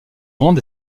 grande